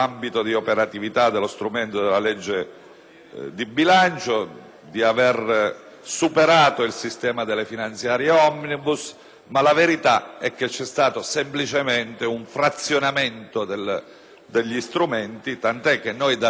di bilancio, di aver superato il sistema delle finanziarie *omnibus*. In realtà è intervenuto semplicemente un frazionamento degli strumenti, tant'è vero che è dall'inizio della legislatura ci stiamo